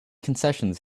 concessions